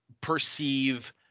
perceive